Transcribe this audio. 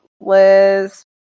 Liz